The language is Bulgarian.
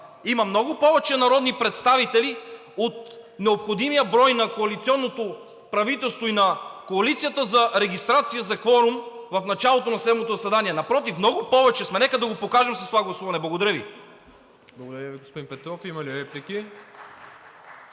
има много повече народни представители от необходимия брой на коалиционното правителство и на коалицията за регистрация за кворум в началото на пленарното заседание. Напротив, много повече сме. Нека да го покажем с това гласуване.